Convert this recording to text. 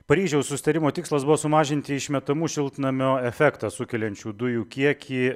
paryžiaus susitarimo tikslas buvo sumažinti išmetamų šiltnamio efektą sukeliančių dujų kiekį